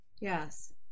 Yes